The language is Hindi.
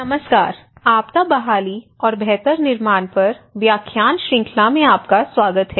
नमस्कार आपदा बहाली और बेहतर निर्माण पर व्याख्यान श्रृंखला में आपका स्वागत है